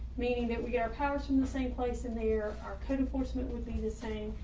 meaning that we are powers in the same place and there are kind of forcement would be the same.